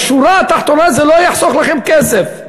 בשורה התחתונה זה לא יחסוך לכם כסף.